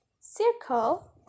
circle